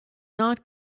not